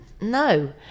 No